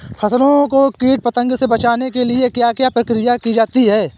फसलों को कीट पतंगों से बचाने के लिए क्या क्या प्रकिर्या की जाती है?